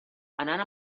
anant